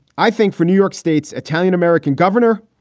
i think for new york state's italian american governor,